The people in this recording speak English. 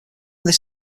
this